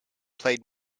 played